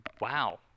wow